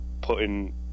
putting